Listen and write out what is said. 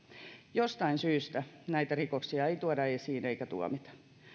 jostain syystä näitä rikoksia ei tuoda esiin eikä tuomita